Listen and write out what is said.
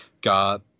got